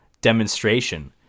demonstration